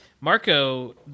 marco